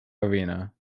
arena